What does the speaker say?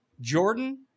Jordan